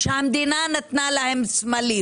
שהמדינה נתנה להם סמלים